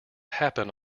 happen